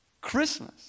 Christmas